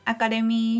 Academy